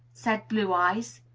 said blue eyes.